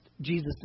Jesus